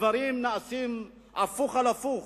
הדברים נעשים הפוך על הפוך,